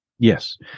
Yes